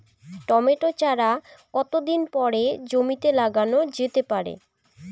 Tomato চারা কতো দিন পরে জমিতে লাগানো যেতে পারে?